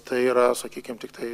tai yra sakykime tiktai